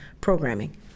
programming